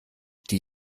die